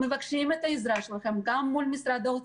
ומבקשים את העזרה שלכם גם מול משרד האוצר,